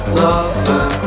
lover